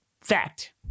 fact